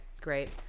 great